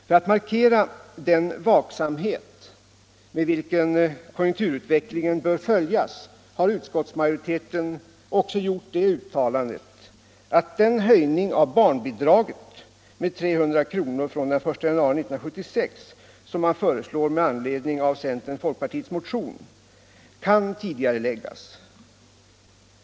För att markera den vaksamhet med vilken konjunkturutvecklingen bör följas har utskottsmajoriteten också gjort det uttalandet att den höjning av barnbidraget med 300 kr. från den 1 januari 1976 som man föreslår med anledning av centerns-folkpartiets motion kan tidigareläggas.